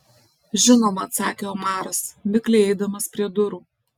žinoma atsakė omaras mikliai eidamas prie durų